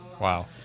Wow